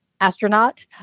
astronaut